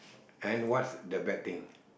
and what's the bad thing